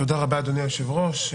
תודה רבה, אדוני היושב-ראש.